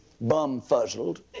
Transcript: Bum-fuzzled